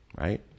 Right